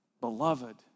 Beloved